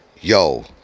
yo